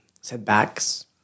setbacks